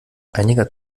einiger